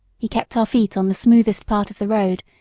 he kept our feet on the smoothest part of the road,